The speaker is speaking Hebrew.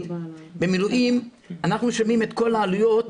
תהיה סמכות ייחודית לדון בכל תביעה של עובד